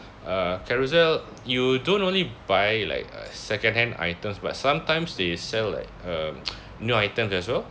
uh carousell you don't only buy like uh second hand items but sometimes they sell like um new items as well